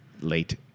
late